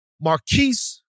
Marquise